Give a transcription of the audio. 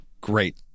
Great